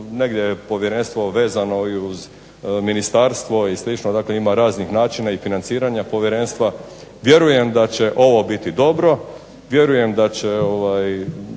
negdje je povjerenstvo vezano i uz ministarstvo i slično, dakle ima raznih načina i financiranja povjerenstva. Vjerujem da će ovo biti dobro, vjerujem da će